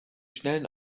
schnellen